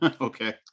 Okay